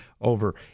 over